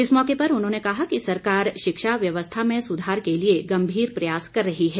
इस मौके पर उन्होंने कहा कि सरकार शिक्षा व्यवस्था में सुधार के लिए गम्भीर प्रयास कर रही है